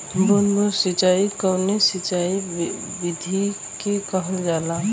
बूंद बूंद सिंचाई कवने सिंचाई विधि के कहल जाला?